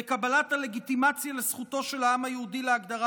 בקבלת הלגיטימציה לזכותו של העם היהודית להגדרה